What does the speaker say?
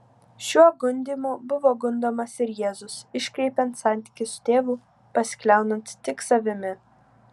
šiuo gundymu buvo gundomas ir jėzus iškreipiant santykį su tėvu pasikliaunant tik savimi